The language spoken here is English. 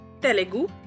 Telugu